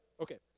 Okay